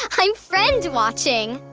i'm friend watching.